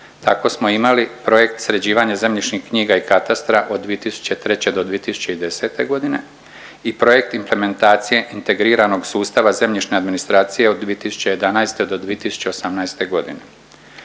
Tako smo imali projekt sređivanje zemljišnih knjiga i katastra od 2003. do 2010. godine i projekt implementacije integriranog sustava zemljišne administracije od 2011. do 2018. godine.